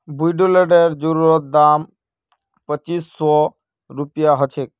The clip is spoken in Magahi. वुडलैंडेर जूतार दाम पच्चीस सौ स शुरू ह छेक